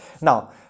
now